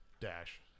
Dash